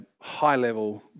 high-level